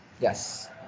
Yes